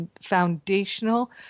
foundational